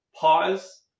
pause